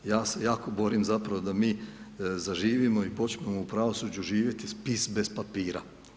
Ja se jako borim zapravo da mi zaživimo i počnemo u pravosuđu živjeti spis bez papira.